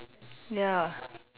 ya